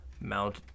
Mount